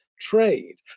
trade